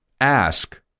Ask